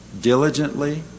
diligently